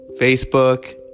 Facebook